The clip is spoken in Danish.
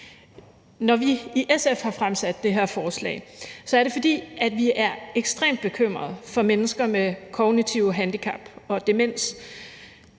Når vi i SF har fremsat det her forslag, er det, fordi vi er ekstremt bekymrede for mennesker med kognitive handicap og demens,